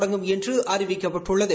தொடங்கும் என்று அறிவிக்கப்பட்டுள்ளது